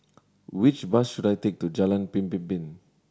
which bus should I take to Jalan Pemimpin